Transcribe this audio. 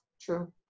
True